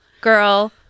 girl